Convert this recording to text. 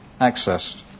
accessed